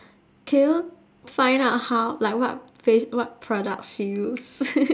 can you find out how like what fac~ what products she use